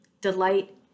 delight